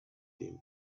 them